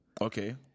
Okay